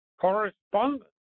correspondence